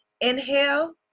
inhale